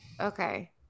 Okay